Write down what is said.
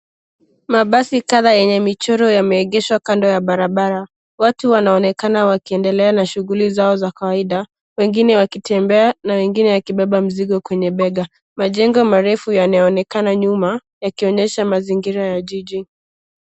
Mabasi kadhaa yenye michoro yameegeshwa kando ya barabara. Watu wanaonekana wakiendelea na shughuli zao za kawaida wengine wakitembea na wengine wakibeba mzigo kwenye bega. Majengo marefu yanaonekana nyuma yakionyesha mazingira ya jiji.